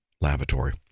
lavatory